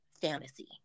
fantasy